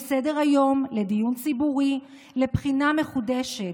לסדר-היום, לדיון ציבורי, לבחינה מחודשת,